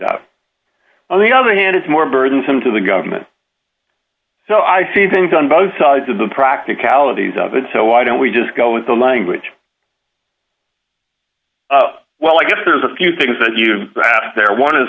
up on the other hand is more burdensome to the government so i see things on both sides of the practicalities of it so why don't we just go with the language well i guess there's a few things that you have there one is